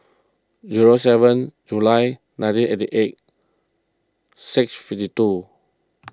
zero seven July nineteen eighty eight six fifty two